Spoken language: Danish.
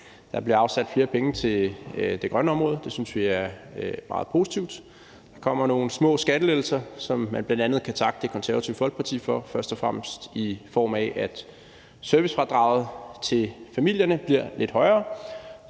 Der bliver afsat flere penge til det grønne område. Det synes vi er meget positivt. Der kommer nogle små skattelettelser, som man bl.a. kan takke Det Konservative Folkeparti for, først og fremmest i form af at servicefradraget til familierne bliver lidt højere,